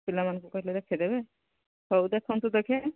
ପିଲାମାନଙ୍କୁ କହିଲେ ଦେଖେଇ ଦେବେ ହଉ ଦେଖନ୍ତୁ ଦେଖି